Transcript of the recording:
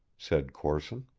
said corson